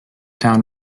town